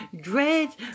Dreads